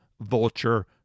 vulture